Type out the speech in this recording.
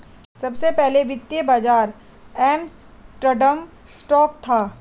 सबसे पहला वित्तीय बाज़ार एम्स्टर्डम स्टॉक था